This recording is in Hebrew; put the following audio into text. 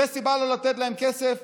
זו סיבה לא לתת להם כסף?